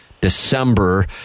December